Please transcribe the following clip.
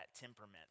temperament